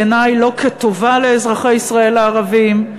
בעיני לא כטובה לאזרחי ישראל הערבים,